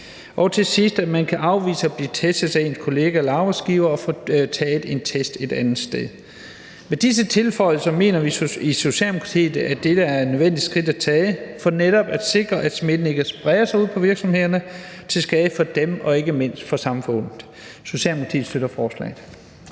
er der det, at man kan afvise at blive testet af ens kolleger eller arbejdsgiver og få taget testen et andet sted. Med disse tilføjelser mener vi i Socialdemokratiet, at dette er et nødvendigt skridt at tage for netop at sikre, at smitten ikke spreder sig ude på virksomhederne til skade for dem og ikke mindst for samfundet. Socialdemokratiet støtter forslaget.